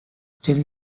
still